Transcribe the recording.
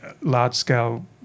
large-scale